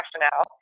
rationale